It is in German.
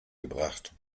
gebracht